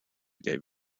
gave